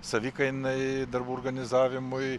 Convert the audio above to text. savikainai darbų organizavimui